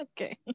Okay